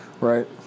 Right